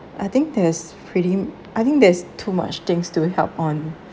I think there's pretty I think there's too much things to help on